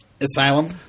Asylum